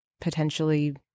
potentially